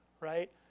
right